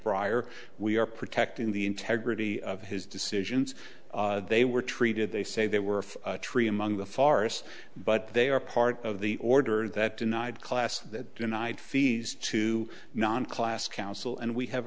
bryer we are protecting the integrity of his decisions they were treated they say they were tree among the forests but they are part of the order that denied class that denied fees to non class council and we have